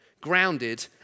grounded